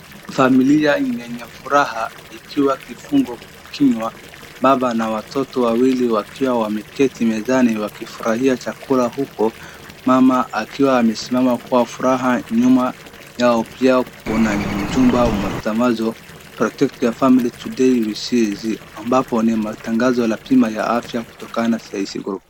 Familia yenye furaha ikiwa kifungo kinywa, baba na watoto wawili wakiwa wameketi mezani wakifurahia chakula huko, mama akiwa amesimama kwa furaha nyuma yao pia kuona jumba wa matambazo protect your family today way seriously ambapo ni matangazo la bima la afya kutokana na size group .